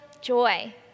joy